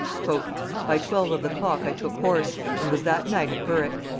by twelve of the clock i took horse, and was that night at berwick.